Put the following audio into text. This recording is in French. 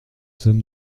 sommes